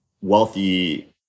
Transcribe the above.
wealthy